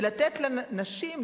ולתת לנשים,